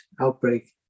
outbreak